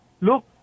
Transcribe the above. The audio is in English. look